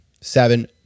Seven